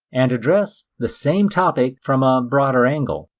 and address the same topic from a broader angle,